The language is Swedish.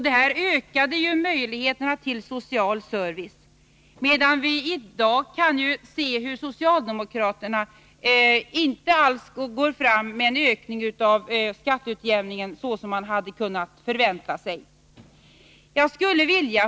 Detta ökade ju möjligheterna till social service. Men i dag kan vi se att socialdemokraterna inte alls går fram med någon ökning av skatteutjämningen, såsom man hade kunnat förvänta sig.